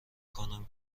کنم